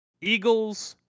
Eagles